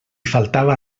faltava